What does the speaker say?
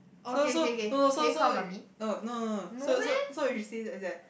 so so no no so so uh no no no no so so so you as in